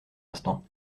instant